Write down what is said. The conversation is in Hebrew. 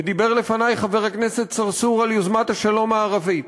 ודיבר לפני חבר הכנסת צרצור על יוזמת השלום הערבית,